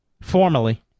formally